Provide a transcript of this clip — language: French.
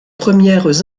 premières